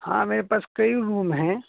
ہاں میرے پاس کئی روم ہیں